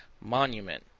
monument,